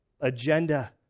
agenda